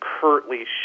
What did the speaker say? curtly